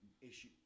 issue